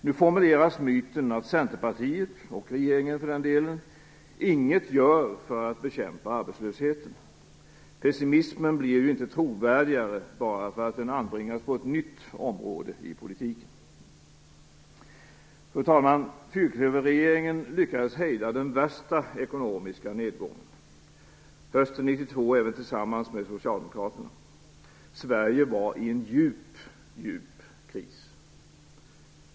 Nu formuleras myten att Centerpartiet och regeringen inget gör för att bekämpa arbetslösheten. Pessimismen blir inte trovärdigare för att den anbringas på ett nytt område i politiken. Fru talman! Fyrklöverregeringen lyckades hejda den värsta ekonomiska nedgången, hösten 92 även tillsammans med Socialdemokraterna. Sverige befanns sig i en djup kris.